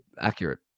accurate